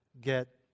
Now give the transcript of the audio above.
get